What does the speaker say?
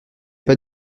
pas